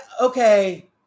okay